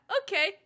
okay